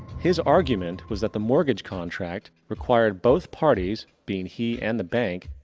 his argument was that the mortgage contract required both parties, being he and the bank,